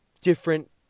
different